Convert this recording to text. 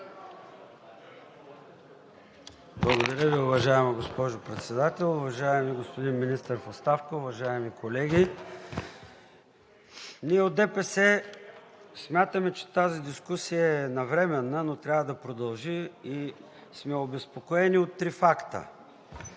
Благодаря Ви, уважаема госпожо Председател. Уважаеми господин Министър в оставка, уважаеми колеги! Ние от ДПС смятаме, че тази дискусия е навременна, но трябва да продължи и сме обезпокоени от три факта,